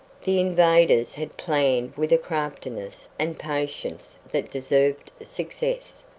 the invaders had planned with a craftiness and patience that deserved success.